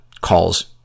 calls